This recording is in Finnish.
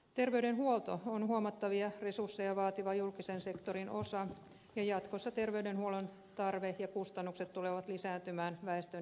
terveydenhuolto on huomattavia resursseja vaativa julkisen sektorin osa ja jatkossa terveydenhuollon tarve ja kustannukset tulevat lisääntymään väestön ikääntyessä